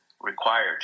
required